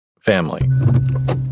family